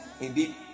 indeed